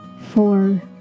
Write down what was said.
four